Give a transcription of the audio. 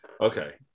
Okay